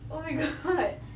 oh my god